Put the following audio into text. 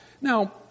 Now